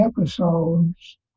episodes